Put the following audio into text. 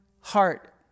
heart